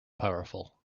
powerful